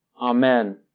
Amen